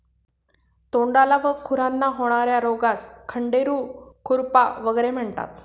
तोंडाला व खुरांना होणार्या रोगास खंडेरू, खुरपा वगैरे म्हणतात